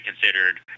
considered